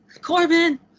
Corbin